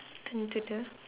want to do